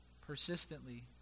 persistently